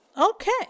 Okay